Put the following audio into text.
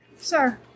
Sir